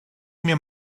mir